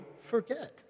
forget